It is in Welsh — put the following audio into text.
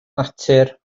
natur